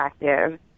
attractive